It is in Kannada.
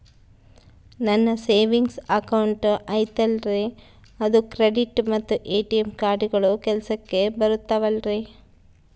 ನನ್ನ ಸೇವಿಂಗ್ಸ್ ಅಕೌಂಟ್ ಐತಲ್ರೇ ಅದು ಕ್ರೆಡಿಟ್ ಮತ್ತ ಎ.ಟಿ.ಎಂ ಕಾರ್ಡುಗಳು ಕೆಲಸಕ್ಕೆ ಬರುತ್ತಾವಲ್ರಿ?